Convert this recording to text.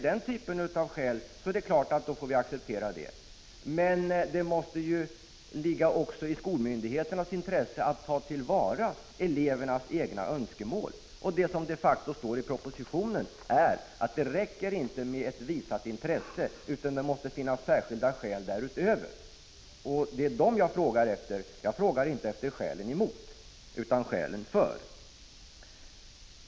Den typen av skäl får vi acceptera, men det måste ligga också i skolmyndigheternas intresse att ta till vara elevernas egna önskemål. Det som de facto står i propositionen är att det inte räcker med ett visat intresse, utan att det måste finnas särskilda skäl därutöver. Det är dessa skäl som jag frågar efter — jag frågar inte efter skälen emot utan skälen för.